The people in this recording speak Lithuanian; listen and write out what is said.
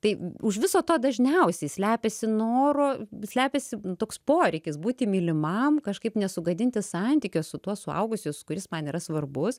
tai už viso to dažniausiai slepiasi noro slepiasi toks poreikis būti mylimam kažkaip nesugadinti santykio su tuo suaugusius kuris man yra svarbus